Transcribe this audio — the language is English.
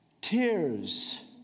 tears